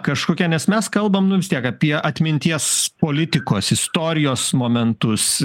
kažkokia nes mes kalbam nu vis tiek apie atminties politikos istorijos momentus